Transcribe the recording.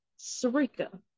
Sarika